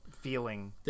feeling